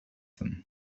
them